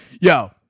yo